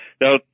Now